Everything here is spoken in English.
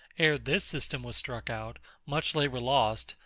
ere this system was struck out much labour lost,